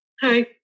Hi